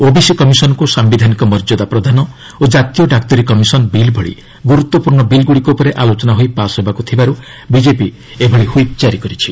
OBC କମିଶନ୍କୁ ସାୟିଧାନିକ ମର୍ଯ୍ୟାଦା ପ୍ରଦାନ ଓ ଜାତୀୟ ଡାକ୍ତରୀ କମିଶନ୍ ବିଲ୍ ଭଳି ଗୁରୁତ୍ୱପୂର୍ଣ୍ଣ ବିଲ୍ଗୁଡ଼ିକ ଉପରେ ଆଲୋଚନା ହୋଇ ପାସ୍ ହେବାକୁ ଥିବାରୁ ବିଜେପି ଏଭଳି ହ୍ୱିପ୍ ଜାରି କରିଛି